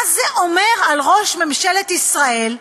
מה זה אומר על ראש ממשלת ישראל,